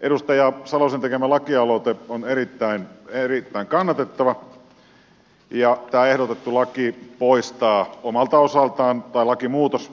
edustaja salosen tekemä lakialoite on erittäin kannatettava ja tämä ehdotettu laki poistaa omalta osaltaan tai lakimuutos